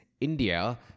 India